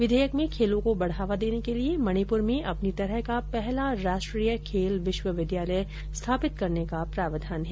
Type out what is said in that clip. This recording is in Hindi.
विधेयक में खेलों को बढ़ावा देने के लिए मणिपुर में अपनी तरह का पहला राष्ट्रीय खेल विश्वविद्यालय स्थापित करने का प्रावधान है